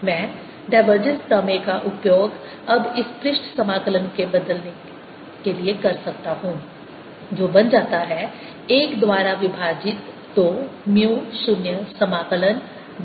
मैं डायवर्जेंस प्रमेय का उपयोग अब इसे पृष्ठ समाकलन में बदलने के लिए कर सकता हूं जो बन जाता है 1 द्वारा विभाजित 2 म्यू 0 समाकलन ds